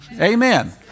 Amen